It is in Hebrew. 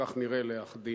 כך נראה לאחדים.